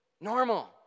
normal